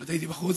פשוט הייתי בחוץ.